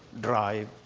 drive